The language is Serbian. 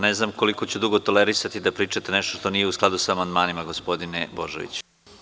Ne znam koliko ću dugo tolerisati da pričate nešto što nije u skladu sa amandmanima gospodine Božoviću.